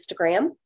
Instagram